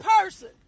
person